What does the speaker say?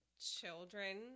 children